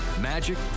magic